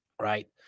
right